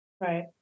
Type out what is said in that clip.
Right